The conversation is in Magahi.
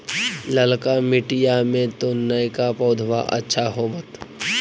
ललका मिटीया मे तो नयका पौधबा अच्छा होबत?